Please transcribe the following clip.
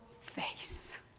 face